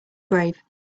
grave